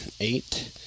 eight